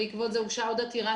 בעקבות זה הוגשה עוד עתירה,